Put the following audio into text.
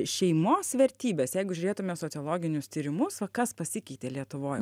šeimos vertybės jeigu žiūrėtume sociologinius tyrimus va kas pasikeitė lietuvoj